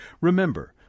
Remember